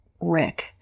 Rick